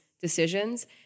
decisions